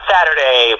Saturday